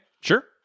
Sure